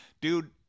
dude